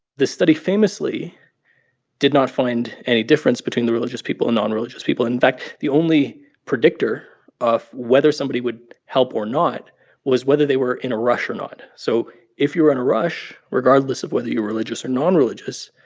the study famously did not find any difference between the religious people and nonreligious people. in fact, the only predictor of whether somebody would help or not was whether they were in a rush or not. so if you were in a rush, regardless of whether you're religious or nonreligious,